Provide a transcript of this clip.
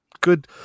good